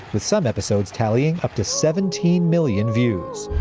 the summit the so it's tallying up to seventeen million views.